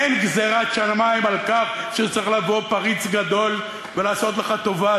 אין גזירת שמים על כך שצריך לבוא פריץ גדול ולעשות לך טובה.